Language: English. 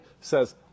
says